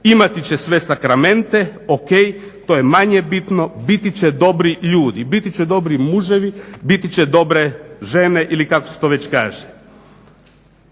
Imati će sve sakramente, ok, to je manje bitno, biti će dobri ljudi, biti će dobri muževi, biti će dobre žene ili kako se to već kaže.